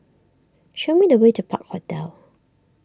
show me the way to Park Hotel